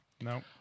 no